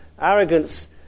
arrogance